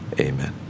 Amen